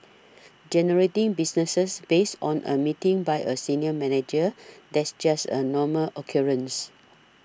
generating businesses based on a meeting by a senior manager that's just a normal occurrence